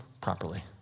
properly